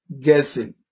guessing